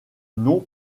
nom